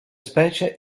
specie